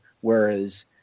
Whereas